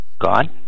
God